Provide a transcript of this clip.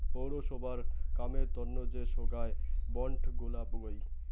পৌরসভার কামের তন্ন যে সোগায় বন্ড গুলা হই